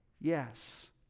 yes